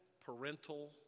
parental